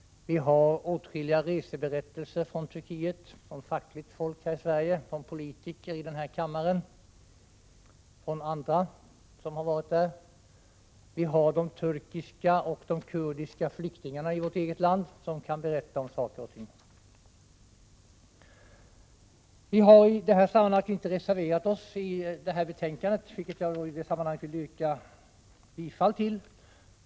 Vi har åtskilliga reseberättelser från fackligt folk i Sverige, politiker i den här kammaren och andra som varit i Turkiet. Vi har de turkiska och kurdiska flyktingarna i vårt eget land, som kan berätta om förhållandena. Vi har inte reserverat oss i det här ärendet, utan jag får yrka bifall till utskottets hemställan.